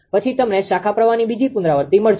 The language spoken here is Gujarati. પછી તમને શાખા પ્રવાહની બીજી પુનરાવૃત્તિ મળશે